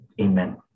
Amen